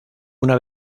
una